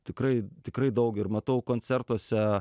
tikrai tikrai daug ir matau koncertuose